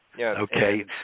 Okay